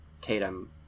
tatum